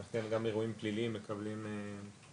אז כן, גם אירועים פליליים מקבלים קשב.